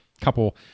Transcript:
couple